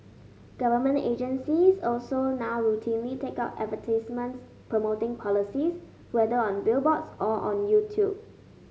government agencies also now routinely take out advertisements promoting policies whether on billboards or on YouTube